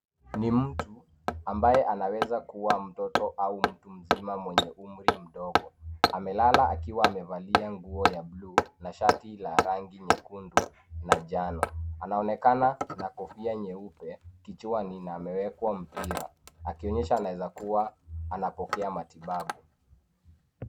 Ni mtu ambaye anaweza kuwa mtoto au mtu mzima mwenye umri mdogo. Amelala akiwa amevalia nguo ya blue na shati la rangi nyekundu na njano. Anaonekana na kofia nyeupe kichwani na amewekwa mpira, akionyesha anaweza kuwa anapokea matibabu.